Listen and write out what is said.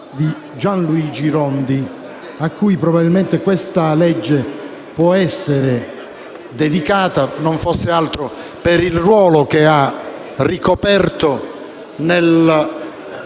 di Gianluigi Rondi, cui probabilmente questa legge può essere dedicata, non fosse altro che per il ruolo, che ha ricoperto,